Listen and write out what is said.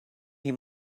him